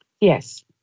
Yes